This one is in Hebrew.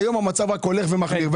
והיום המצב רק הולך ומחמיר.